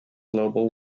global